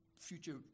future